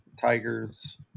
Tigers